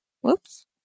Whoops